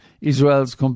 Israel's